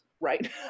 right